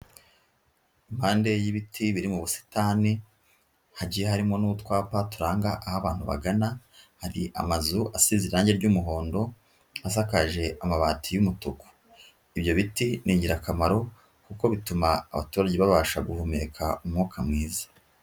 Impande y'ibiti biri mu busitani, hagiye harimo n'utwapa turanga aho abantu bagana, hari amazu asize irange ry'umuhondo, asakaje amabati y'umutuku, ibyo biti ni ingirakamaro kuko bituma abaturage babasha guhumeka umwuka mwiza.